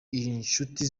inshuti